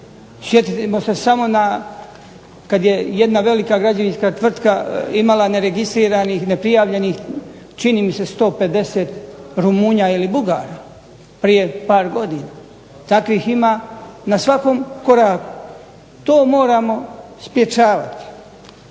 Sjetimo se samo kad je jedna velika građevinska tvrtka imala neregistriranih, neprijavljenih čini mi se 150 Rumunja ili Bugara prije par godina. Takvih ima na svakom koraku. TO moramo sprečavati.